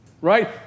Right